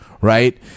right